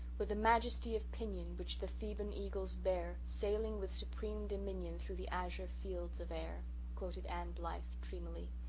with the majesty of pinion which the theban eagles bear sailing with supreme dominion through the azure fields of air quoted anne blythe dreamily